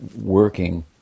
working